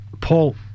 Paul